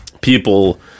people